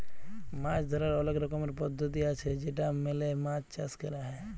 মাছ ধরার অলেক রকমের পদ্ধতি আছে যেটা মেলে মাছ চাষ ক্যর হ্যয়